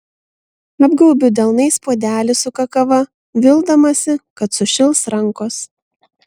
apgaubiu delnais puodelį su kakava vildamasi kad sušils rankos